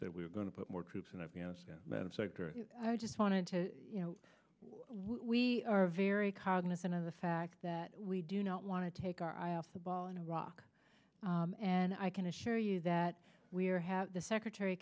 said we're going to put more troops in afghanistan i just wanted to you know we are very cognizant of the fact that we do not want to take our eye off the ball in iraq and i can assure you that we are have the secretary